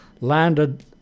landed